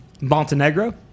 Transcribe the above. Montenegro